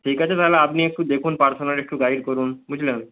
ঠিক আছে তাহলে আপনি একটু দেখুন পার্সোনালি একটু গাইড করুন বুঝলেন